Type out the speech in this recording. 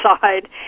side